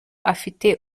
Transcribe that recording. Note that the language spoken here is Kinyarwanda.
afite